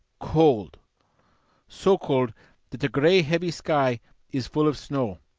cold so cold that the grey heavy sky is full of snow,